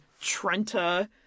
Trenta